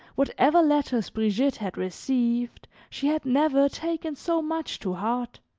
whatever letters brigitte, had received she had never taken so much to heart.